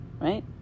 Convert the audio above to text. right